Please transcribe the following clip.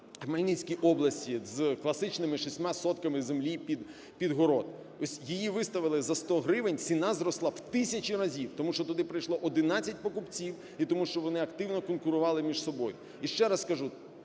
Хмельницькій області з класичними шістьма сотками землі під город. Ось її виставили за 100 гривень, ціна зросла в тисячі разів, тому що туди прийшло 11 покупців і тому, що вони активно конкурували між собою. І ще раз скажу,